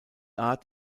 art